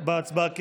בהצבעה כסדרה.